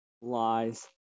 Lies